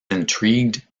intrigued